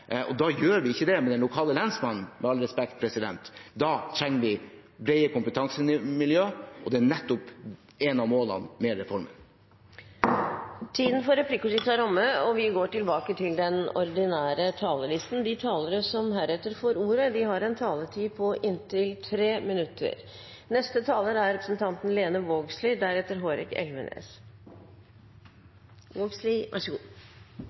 vi ikke med den lokale lensmannen, med all respekt. Vi trenger brede kompetansemiljøer, og det er nettopp et av målene med reformen. Replikkordskiftet er omme. De talere som heretter får ordet, har en taletid på inntil 3 minutter. Det er ein krevjande prosess å skulle gjennomføre ei reform, og det er